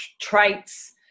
traits